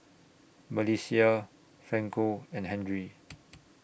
Melissia Franco and Henry